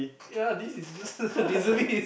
ya this is re~ reservist